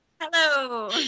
Hello